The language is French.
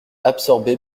absorbée